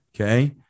okay